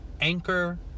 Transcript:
Anchor